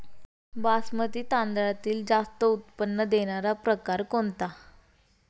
बासमती तांदळातील जास्त उत्पन्न देणारा प्रकार कोणता?